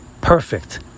perfect